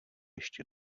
ještě